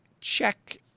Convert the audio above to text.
check